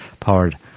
powered